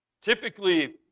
Typically